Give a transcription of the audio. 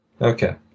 Okay